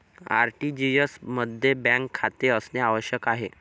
RTGS मध्ये bank खाते असणे आवश्यक आहे